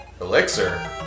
Elixir